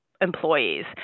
employees